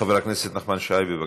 חבר הכנסת נחמן שי, בבקשה,